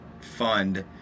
fund